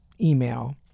email